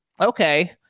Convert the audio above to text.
Okay